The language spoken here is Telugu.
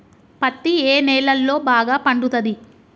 పత్తి ఏ నేలల్లో బాగా పండుతది?